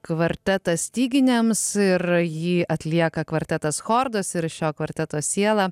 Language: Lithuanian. kvartetas styginiams ir jį atlieka kvartetas chordos ir šio kvarteto siela